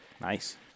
Nice